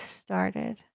started